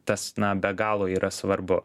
tas na be galo yra svarbu